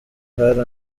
hari